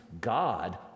God